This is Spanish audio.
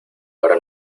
hora